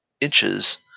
inches